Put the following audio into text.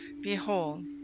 Behold